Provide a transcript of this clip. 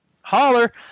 holler